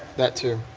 that too.